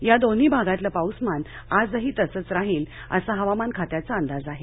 या दोन्ही भागातल पाऊसमान आजही तसच राहील असा हवामान खात्याचा अंदाज आहे